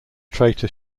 traitor